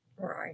Right